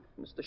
Mr